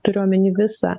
turiu omeny visą